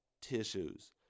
tissues